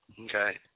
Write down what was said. okay